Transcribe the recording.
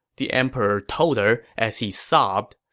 the emperor told her as he sobbed.